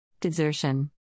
Desertion